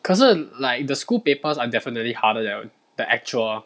可是 like the school papers are definitely harder than the actual